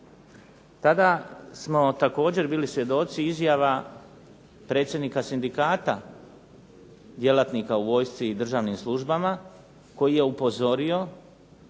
Tada smo također bili svjedoci izjava predsjednika sindikata djelatnika u vojsci i državnim službama koji je upozorio